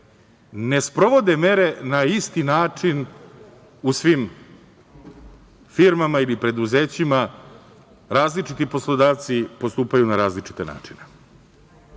ne sprovode mere na isti način u svim firmama ili preduzećima. Različiti poslodavci postupaju na različite